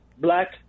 black